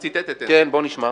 כן, בוא נשמע.